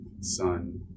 son